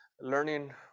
learning